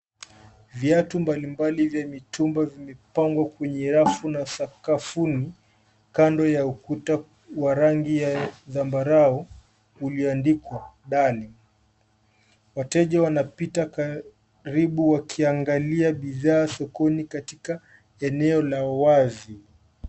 Viatu mbalimbali vya mitumba vimepangwa kwenye rafu na sakafuni, kando ya ukuta wa rangi ya zamabarau ulioandikwa Darling. Wateja wanapita karibu wakiangalia bidhaa sokoni katika eneo la wazi.